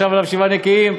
ישב עליו שבעה נקיים,